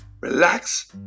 relax